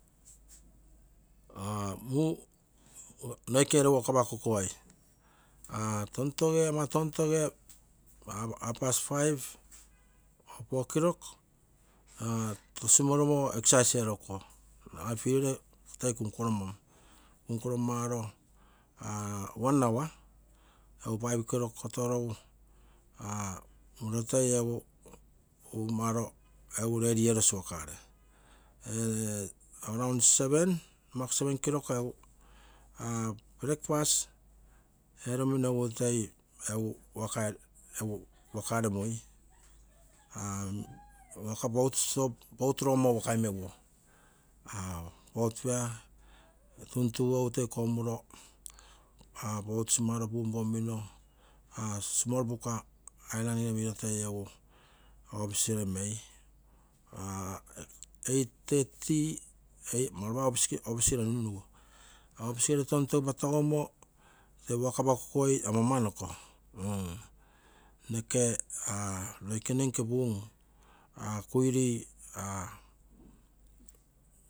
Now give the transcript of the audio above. Muu noikei gere waka apakokuoi, tontoge ama tontoge, half past five four o. clock tosimoromo exercise erokuo nagai field ere toi kunkuromon. one hour egu five o. clock kotorogu muro toi egu umaro redi erosio wakai mepio. Around seven numaku seven o. clock egu breakfast eromino egu toi egu wakai mui: wakabout soft boat nogomo egu work ee meguo boat fare tuntugu egu toi komuro egu simaro punpomino, small buka island ere miro toi egu office ere mei eight, thirty mauroba office ere nunnugu. Office ere tontoge mimo tee work apakokui amama noico, mm. Noke roikene nice puum quire.